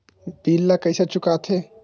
bill ला कइसे चुका थे